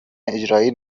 اجرایی